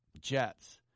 Jets